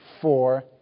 four